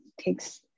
takes